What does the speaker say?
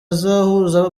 uzahuza